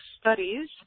studies